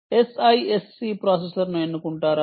SISC ప్రాసెసర్ను ఎన్నుకుంటారా